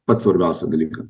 pats svarbiausias dalykas